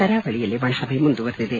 ಕರಾವಳಿಯಲ್ಲಿ ಒಣಹವೆ ಮುಂದುವರಿದಿದೆ